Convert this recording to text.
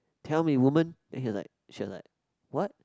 tell me woman then he was like she was like what